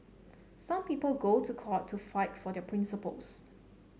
some people go to court to fight for their principles